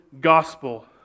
gospel